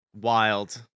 Wild